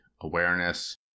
awareness